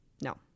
No